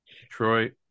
Detroit